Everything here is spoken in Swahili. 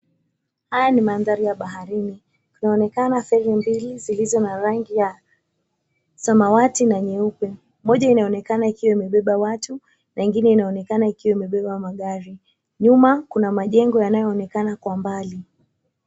Haya ni maandhari ya baharini, inaonekana feri mbili zilizo na rangi ya samawati na nyeupe moja inaonekana ikiwa imebeba watu na ingine inaonekana ikiwa imebeba magari nyuma kuna majengo yanayoonekana kwa mbali.